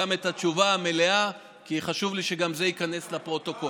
גם את התשובה המלאה כי חשוב לי שגם זה ייכנס לפרוטוקול.